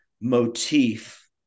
motif